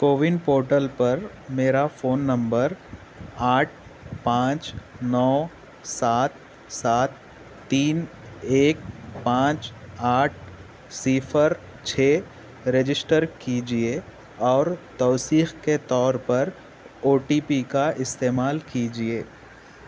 CoWIN portal پر میرا phone نمبر آٹھ پانچ نو سات سات تین ایک پانچ آٹھ صفر چھ رجشٹر کیجیے اور توثیق کے طور پر او ٹی پی کا استعمال کیجیے